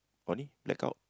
oh ni blackout